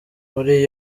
muri